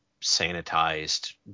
sanitized